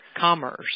commerce